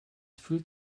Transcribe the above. fühlt